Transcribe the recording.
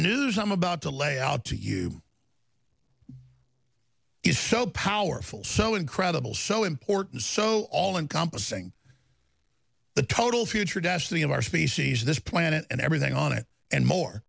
news i'm about to lay out to you is so powerful so incredible so important so all encompassing the total future destiny of our species this planet and everything on it and more